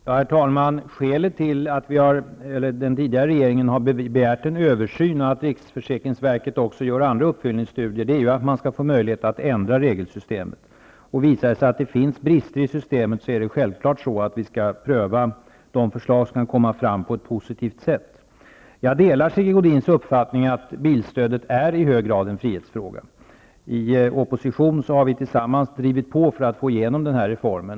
Herr talman! Skälet till att den tidigare regeringen har begärt en översyn och att riksförsäkringsverket också gör andra uppföljningsstudier är att man skall få möjlighet att ändra regelsystemet. Och om det visar sig att det finns brister i systemet skall vi självfallet på ett positivt sätt pröva de förslag som kan komma fram. Jag delar Sigge Godins uppfattning att frågan om bilstödet i hög grad är en frihetsfråga. I opposition har vi tillsammans drivit på för att få igenom denna reform.